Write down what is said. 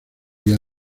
día